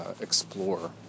explore